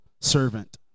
servant